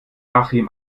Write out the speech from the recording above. achim